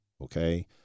Okay